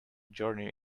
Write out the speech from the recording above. journey